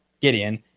Gideon